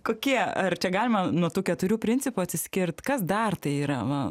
kokie ar galima nuo tų keturių principų atsiskirt kas dar tai yra va